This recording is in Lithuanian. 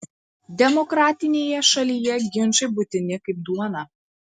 demokratinėje šalyje ginčai būtini kaip duona